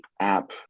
app